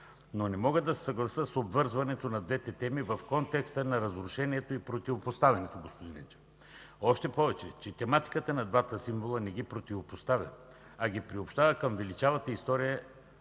но не мога да се съглася с обвързването на двете теми в контекста на разрушението и противопоставянето, господин Енчев. Още повече, че тематиката на двата символа не ги противопоставя, а ги приобщава към величавата история